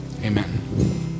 Amen